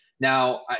Now